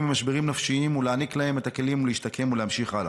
עם משברים נפשיים ולהעניק להם את הכלים להשתקם ולהמשיך הלאה.